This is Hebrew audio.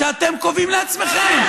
שאתם קובעים לעצמכם.